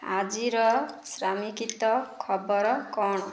ଆଜିର ସାମ୍ପ୍ରକିତ ଖବର କ'ଣ